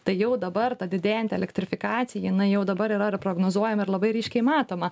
tai jau dabar ta didėjanti elektrifikacija jinai jau dabar yra ir prognozuojama ir labai ryškiai matoma